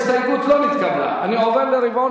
ההסתייגות מס' 2 לחלופין הרביעית של קבוצת